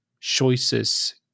choices